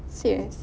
serious